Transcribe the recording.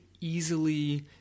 easily